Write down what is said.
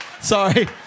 Sorry